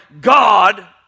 god